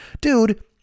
Dude